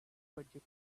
budget